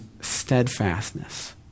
steadfastness